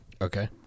Okay